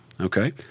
okay